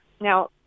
Now